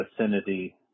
vicinity